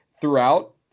throughout